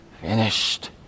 finished